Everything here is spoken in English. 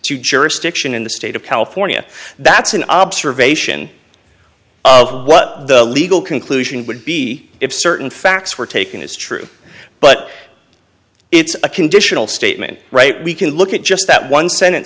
to jurisdiction in the state of california that's an observation of what the legal conclusion would be if certain facts were taken as true but it's a conditional statement right we can look at just that one sentence